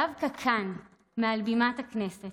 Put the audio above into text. דווקא כאן, מעל בימת הכנסת,